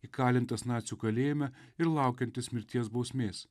įkalintas nacių kalėjime ir laukiantis mirties bausmės